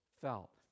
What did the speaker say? felt